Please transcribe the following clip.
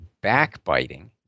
backbiting